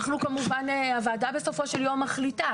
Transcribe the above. כמובן הוועדה בסופו של יום מחליטה,